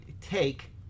take